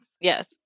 Yes